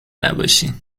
نباشین